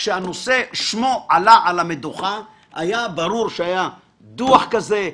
היה ברור שהיה דוח כזה,